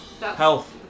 Health